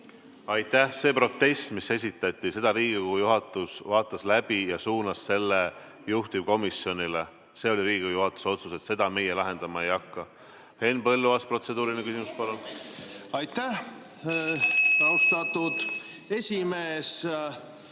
Aitäh! Selle protesti, mis esitati, Riigikogu juhatus vaatas läbi ja suunas juhtivkomisjonile. See oli Riigikogu juhatuse otsus, et seda meie lahendama ei hakka. Henn Põlluaas, protseduuriline küsimus, palun! Aitäh, austatud esimees!